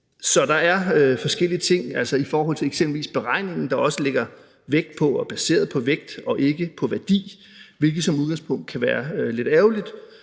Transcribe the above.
Så der er forskellige ting i forhold til eksempelvis beregningen, der er baseret på vægt og ikke på værdi, hvilket som udgangspunkt kan være lidt ærgerligt,